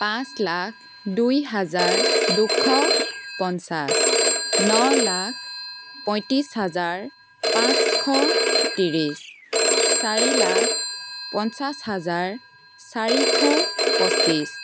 পাঁচ লাখ দুই হাজাৰ দুশ পঞ্চাছ ন লাখ পঁয়ত্ৰিছ হাজাৰ পাঁচশ ত্ৰিছ চাৰি লাখ পঞ্চাছ হাজাৰ চাৰিশ পঁচিছ